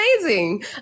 amazing